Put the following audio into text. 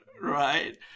right